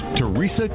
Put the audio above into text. Teresa